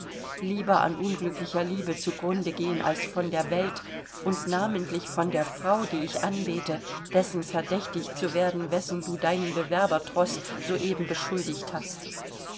lieber an unglücklicher liebe zu grunde gehen als von der welt und namentlich von der frau die ich anbete dessen verdächtigt zu werden wessen du deinen bewerbertroß soeben beschuldigt hast